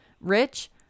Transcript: Rich